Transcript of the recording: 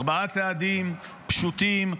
ארבעה צעדים פשוטים.